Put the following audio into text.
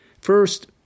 First